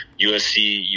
USC